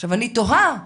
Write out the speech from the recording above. עכשיו אני תוהה באמת,